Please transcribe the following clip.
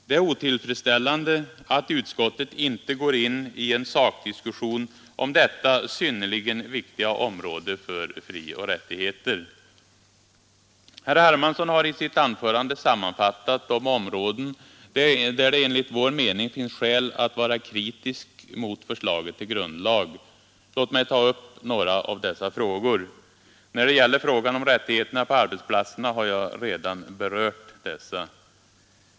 Det är otillfredsställande att utskottet inte går in i en sakdiskussion om detta synnerligen viktiga område för frioch rättigheter. Herr Hermansson har i sitt anförande sammanfattat de områden där det enligt vår mening finns skäl att vara kritisk mot förslaget till grundlag. Låt mig ta upp några av dessa. Frågan om rättigheterna på arbetsplatserna har jag redan berört.